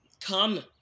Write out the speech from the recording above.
Come